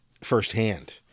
firsthand